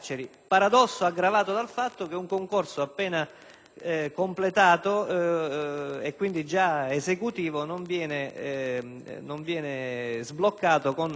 appena completato e quindi già esecutivo non viene sbloccato con la relativa assunzione del personale. Concludo, signor Presidente,